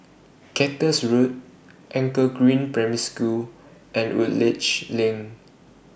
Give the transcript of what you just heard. Cactus Road Anchor Green Primary School and Woodleigh LINK